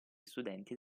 studenti